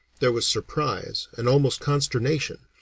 there was surprise and almost consternation,